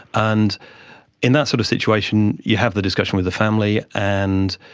and in that sort of situation you have the discussion with the family and